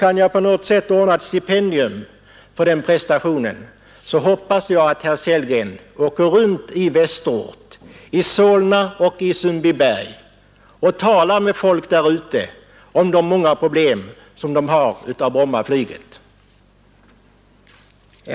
Kan jag på något sätt ordna ett stipendium för den prestationen hoppas jag att herr Sellgren åker runt i Västerort, Solna och Sundbyberg och talar med folk där ute om de många problem de har med anledning av Brommaflyget.